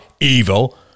evil